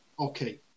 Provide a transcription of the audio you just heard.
Okay